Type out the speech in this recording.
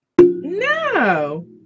No